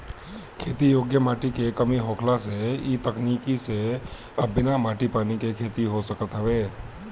खेती योग्य माटी के कमी होखला से इ तकनीकी से अब बिना माटी पानी के खेती हो सकत हवे